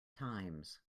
times